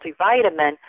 multivitamin